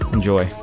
Enjoy